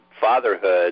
fatherhood